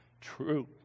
true